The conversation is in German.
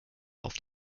auf